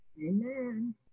Amen